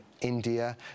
India